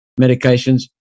medications